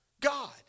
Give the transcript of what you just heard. God